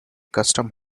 custom